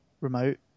remote